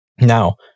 Now